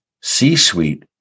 C-suite